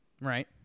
right